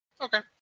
Okay